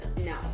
no